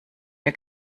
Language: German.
der